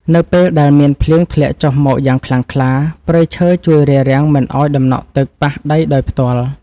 នៅពេលដែលមានភ្លៀងធ្លាក់ចុះមកយ៉ាងខ្លាំងខ្លាព្រៃឈើជួយរារាំងមិនឱ្យដំណក់ទឹកប៉ះដីដោយផ្ទាល់។នៅពេលដែលមានភ្លៀងធ្លាក់ចុះមកយ៉ាងខ្លាំងខ្លាព្រៃឈើជួយរារាំងមិនឱ្យដំណក់ទឹកប៉ះដីដោយផ្ទាល់។